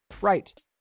right